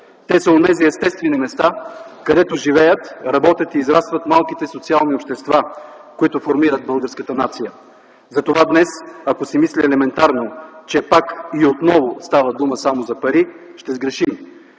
Те са онези естествени места, където живеят, работят и израстват малките социални общества, които формират българската нация. Затова днес, ако се мисли елементарно, че пак и отново става дума само за пари – ще сгрешим.